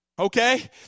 Okay